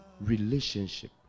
relationship